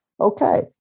Okay